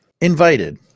invited